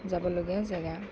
যাবলগীয়া জেগা